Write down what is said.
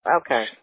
okay